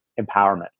empowerment